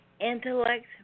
intellect